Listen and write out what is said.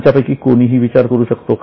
तुमच्यापैकी कोणीही विचार करू शकतो का